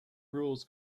rules